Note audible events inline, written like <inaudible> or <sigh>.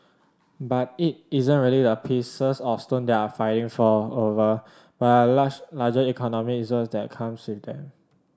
but it isn't really the pieces of stone they're fighting over but large larger economic zones that come <unintelligible> them